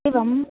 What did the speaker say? एवं